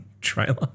trailer